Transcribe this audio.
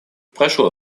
прошло